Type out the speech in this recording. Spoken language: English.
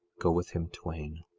go with him twain.